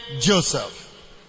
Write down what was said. Joseph